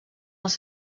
els